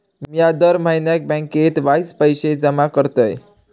मिया दर म्हयन्याक बँकेत वायच पैशे जमा करतय